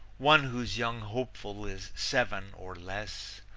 one whose young hopeful is seven or less,